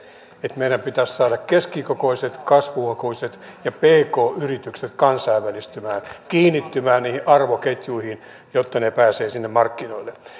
että meidän pitäisi saada keskikokoiset kasvuhakuiset ja pk yritykset kansainvälistymään kiinnittymään arvoketjuihin jotta ne pääsevät sinne markkinoille